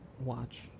watch